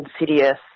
insidious